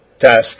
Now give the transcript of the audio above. task